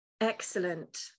Excellent